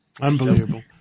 Unbelievable